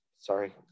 Sorry